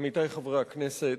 עמיתי חברי הכנסת,